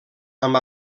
amb